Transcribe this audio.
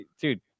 dude